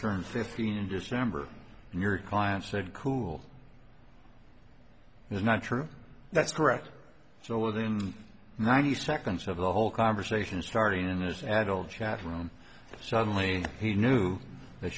turn fifteen in december and your client said cool not true that's correct so within ninety seconds of the whole conversation starting as an adult chat room and suddenly he knew that